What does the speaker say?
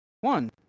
One